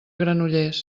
granollers